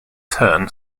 turn